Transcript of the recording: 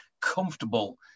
comfortable